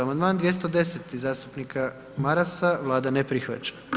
Amandman 210. zastupnika Marasa, Vlada ne prihvaća.